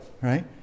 right